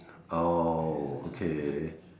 oh okay